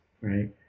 right